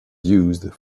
used